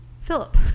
philip